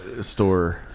store